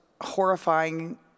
horrifying